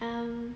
um